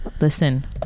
listen